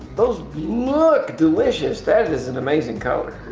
those look delicious. that is an amazing color.